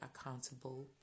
accountable